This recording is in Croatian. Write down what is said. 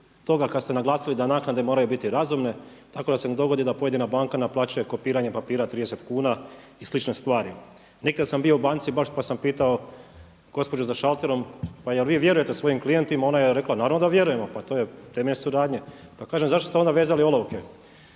toga kada ste naglasili da naknade moraju biti razumne tako da se ne dogodi da pojedina banka naplaćuje kopiranje papira 30 kuna i slične stvari. Nekidan sam bio u banci baš pa sam pitao gospođu za šalterom pa jel' vi vjerujete svojim klijentima, ona je rekla, naravno da vjerujemo pa to je temelj suradnje. Pa kažem zašto ste onda vezali olovke?